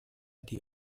die